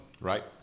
right